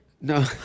No